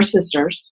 sisters